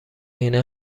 عین